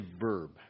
verb